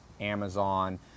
Amazon